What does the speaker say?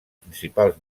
principals